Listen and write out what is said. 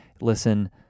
listen